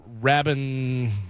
Rabin